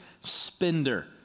spender